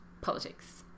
politics